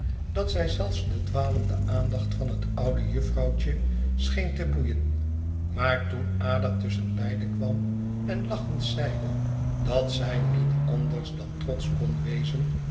dat zij zelfs do dwalende aandacht van het oude jufvrouwtje scheen te boeien maar toen ada tusschen beiden kwam en lachend zeide dat zij niet anders dan trotsch kon wezen